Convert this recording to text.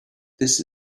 this